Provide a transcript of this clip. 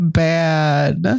bad